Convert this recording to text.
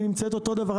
היא נמצאת אותו דבר,